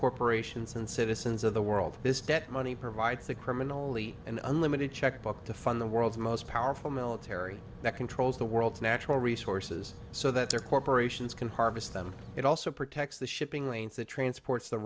corporations and citizens of the world this debt money provides the criminally an unlimited checkbook to fund the world's most powerful military that controls the world's natural resources so that their corporations can harvest them it also protects the shipping lanes the transports the